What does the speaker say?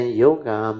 yoga